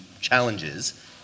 challenges